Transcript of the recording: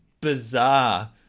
bizarre